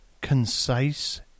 concise